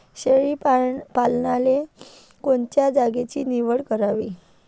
शेळी पालनाले कोनच्या जागेची निवड करावी?